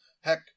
Heck